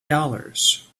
dollars